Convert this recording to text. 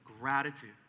gratitude